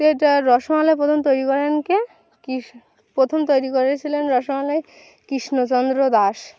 তো এই রসমালাই প্রথম তৈরি করেন কে কি প্রথম তৈরি করেছিলেন রসমালাই কৃষ্ণচন্দ্র দাস